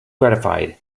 gratified